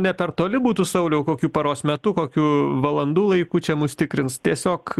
ne per toli būtų sauliau kokiu paros metu kokiu valandų laiku čia mus tikrins tiesiog